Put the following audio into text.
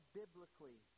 biblically